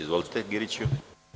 Izvolite, Giriću.